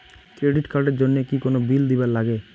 Credit card এর জন্যে কি কোনো বিল দিবার লাগে?